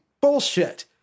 bullshit